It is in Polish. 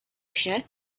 się